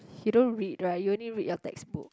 he don't read right you only read your textbook